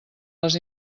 les